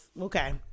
Okay